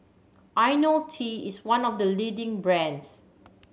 Ionil T is one of the leading brands